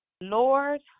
Lord